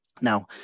Now